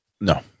No